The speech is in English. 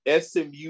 SMU